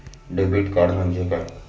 Debit card म्हणजे काय?